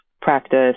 practice